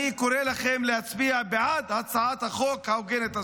אני קורא לכם להצביע בעד הצעת החוק ההוגנת הזאת.